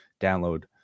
download